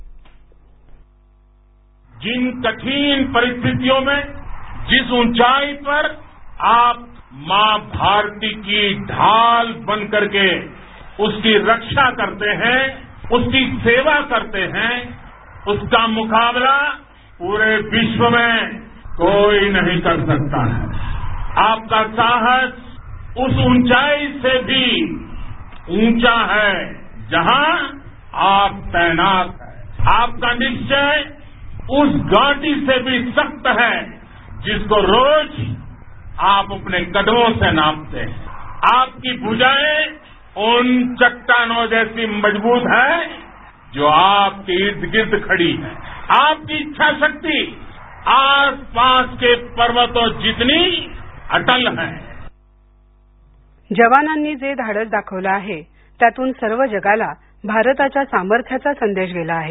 ध्वनी जिन कठिन परिस्थियों में जिस ऊंचाई पर आप मां भारती की ढाल बनकर के उसकी रक्षा करते हैं उसकी सेवा करते हैं उसका मुकाबला पूरे विश्व में कोई नहीं कर सकता है आपका साहस उस ऊंचाई से भी ऊंचा है जहां आप तैनात आपका निश्वय उस घाटी से भी सख्त है जिसको रोज आप अपने कदमों से नापते हैं आपकी भुजाएं उन चट्टानों जैसी मजबूत हैं जो आपके इर्द गिर्द खड़ी हैं आपकी इच्छा शक्ति आस पास के पर्वतों जितनी अटल है जवानांनी जे धाडस दाखवले आहे त्यातून सर्व जगाला भारताच्या सामर्थ्याचा संदेश गेला आहे